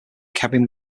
kevin